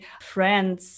friends